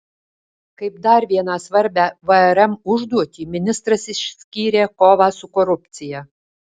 kaip dar vieną svarbią vrm užduotį ministras išskyrė kovą su korupcija